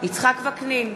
יצחק וקנין,